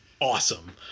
awesome